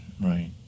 Right